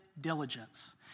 diligence